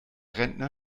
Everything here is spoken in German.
rentner